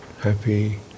happy